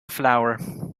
flower